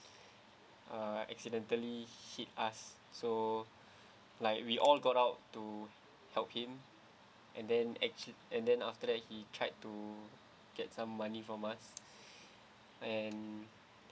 uh accidentally hit us so like we all got out to help him and then actua~ and then after that he tried to get some money from us and